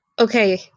Okay